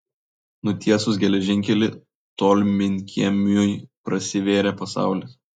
nutiesus geležinkelį tolminkiemiui prasivėrė pasaulis